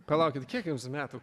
palaukit kiek jums metų